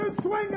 swinging